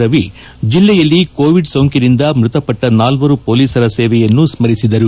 ರವಿ ಜಿಲ್ಲೆಯಲ್ಲಿ ಕೋವಿಡ್ ಸೋಂಕಿನಿಂದ ಮೃತಪಟ್ಟ ನಾಲ್ವರು ಪೊಲೀಸರ ಸೇವೆಯನ್ನು ಸ್ಥರಿಸಿದರು